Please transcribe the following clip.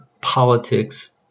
politics